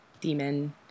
demon